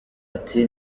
ati